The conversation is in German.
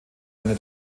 einer